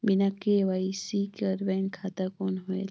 बिना के.वाई.सी कर बैंक खाता कौन होएल?